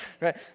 right